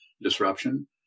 disruption